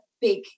big